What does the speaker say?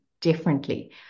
differently